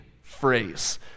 phrase